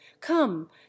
Come